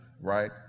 right